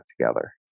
together